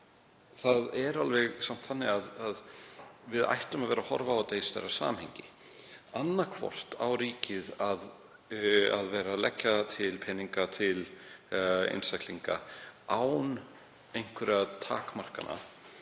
það er samt þannig að við ættum að horfa á þetta í stærra samhengi. Annaðhvort á ríkið að leggja til peninga til einstaklinga án einhverra takmarkana